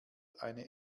eine